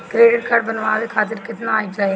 Credit card बनवाए के खातिर केतना आय रहेला?